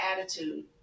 attitude